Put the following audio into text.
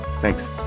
Thanks